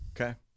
Okay